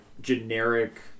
generic